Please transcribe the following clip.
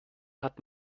hat